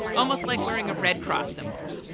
almost like wearing a red cross symbol,